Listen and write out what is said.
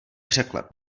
překlep